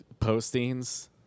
postings